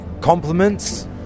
Compliments